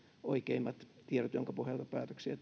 oikeimmat tiedot joiden pohjalta päätöksiä